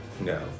No